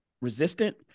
resistant